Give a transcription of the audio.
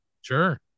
Sure